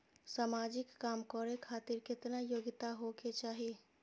समाजिक काम करें खातिर केतना योग्यता होके चाही?